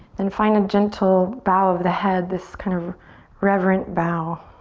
then find a gentle bow of the head this kind of reverent bow